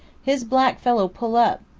his black fellow pull up,